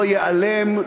לא ייעלם,